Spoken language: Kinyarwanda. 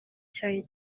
cyayi